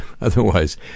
otherwise